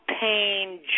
pain